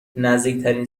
نزدیکترین